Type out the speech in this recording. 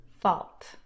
fault